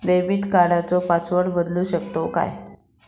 Debit कार्डचो password बदलु शकतव काय?